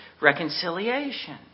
reconciliation